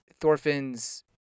Thorfinn's